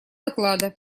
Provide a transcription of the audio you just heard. доклада